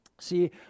See